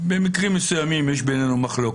במקרים מסוימים יש בינינו מחלוקת.